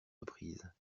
reprises